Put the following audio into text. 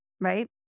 right